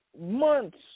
months